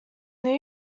new